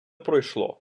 пройшло